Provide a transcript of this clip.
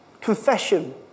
confession